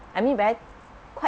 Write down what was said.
I mean very quite